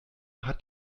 hat